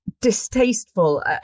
distasteful